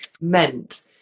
meant